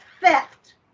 theft